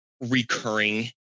recurring